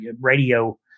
Radio